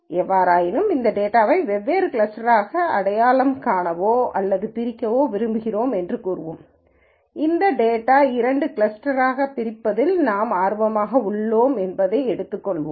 எவ்வாறாயினும் இந்தத் டேட்டாவை வெவ்வேறு கிளஸ்டர்களாக அடையாளம் காணவோ அல்லது பிரிக்கவோ விரும்புகிறோம் என்று கூறுவோம் இந்தத் டேட்டாவை இரண்டு கிளஸ்டர்களாகப் பிரிப்பதில் நாங்கள் ஆர்வமாக உள்ளோம் என்பதை எடுத்துக்கொள்வோம்